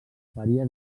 varia